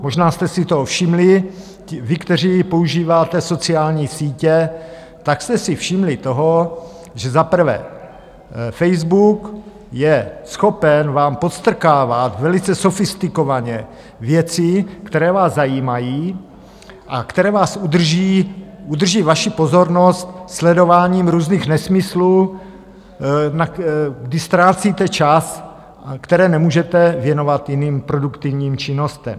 Možná jste si toho všimli, vy, kteří používáte sociální sítě, tak jste si všimli toho, že za prvé Facebook je schopen vám podstrkávat velice sofistikovaně věcí, které vás zajímají a které vás udrží, udrží vaši pozornost sledováním různých nesmyslů, kdy ztrácíte čas, který nemůžete věnovat jiným produktivním činnostem.